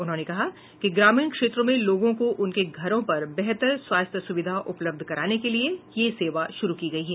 उन्होंने कहा कि ग्रामीण क्षेत्रों में लोगों को उनके घरों पर बेहतर स्वास्थ्य सुविधा उपलब्ध कराने के लिए यह सेवा शुरू की गयी है